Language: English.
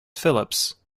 phillips